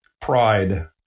Pride